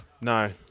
no